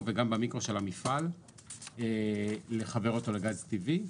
וגם במיקרו של המפעל לחבר אותו לגז טבעי.